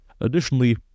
Additionally